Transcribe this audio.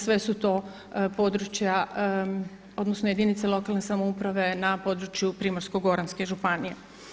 Sve tu to područja odnosno jedinice lokalne samouprave na području Primorsko-goranske županije.